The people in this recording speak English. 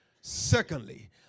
Secondly